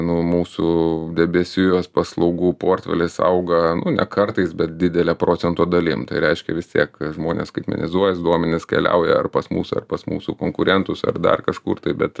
nu mūsų debesijos paslaugų portfelis auga nu ne kartais bet didele procento dalim tai reiškia vis tiek žmonės skaitmenizuojas duomenis keliauja ar pas mus ar pas mūsų konkurentus ar dar kažkur tai bet